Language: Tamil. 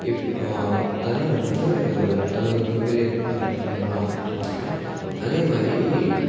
இப் அதெல்லாம் வந்துட்டு அது ஒரு மிகப்பெரிய வரலாற்று தருணமாக நான் பார்க்குறேன் அதேமாதிரி